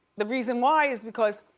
the reason why is because